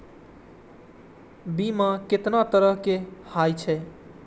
बीमा केतना तरह के हाई छै?